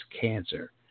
cancer